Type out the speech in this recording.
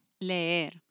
Leer